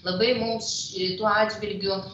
labai mums šituo atžvilgiu